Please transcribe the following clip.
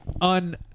on